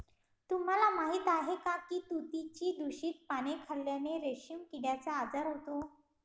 तुम्हाला माहीत आहे का की तुतीची दूषित पाने खाल्ल्याने रेशीम किड्याचा आजार होतो